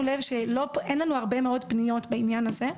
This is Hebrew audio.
לב שאין לנו הרבה מאוד פניות בעניין הזה,